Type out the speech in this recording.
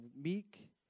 meek